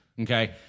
Okay